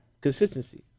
consistency